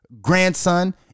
grandson